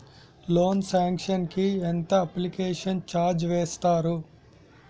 Loan sanction కి ఎంత application charge వేస్తారు?